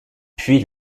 puis